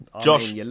Josh